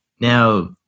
Now